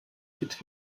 fit